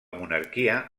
monarquia